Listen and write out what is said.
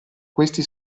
questi